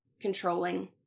controlling